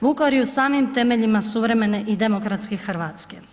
Vukovar je u samim temeljima suvremene i demokratske Hrvatske.